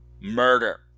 murder